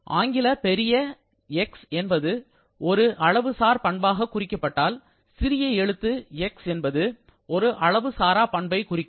ஆங்கில பெரிய'X' என்பது ஒரு அளவு சார் பண்பாக குறிக்கப்பட்டால் சிறிய எழுத்து 'x' என்பது ஒரு அளவு சாரா பண்பைக் குறிக்கும்